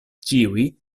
ĉiuj